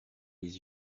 les